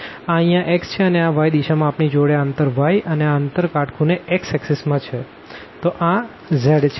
આ અહીંયા x છે અને આ y દિશામાં આપણી જોડે આ અંતર y અને આ અંતર કાટખૂણે z એક્સિ માં છે તો આ z છે